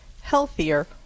healthier